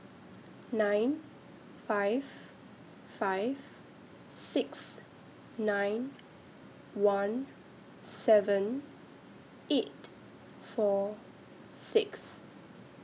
nine five five six nine one seven eight four six